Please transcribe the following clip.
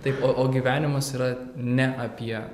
taip o o gyvenimas yra ne apie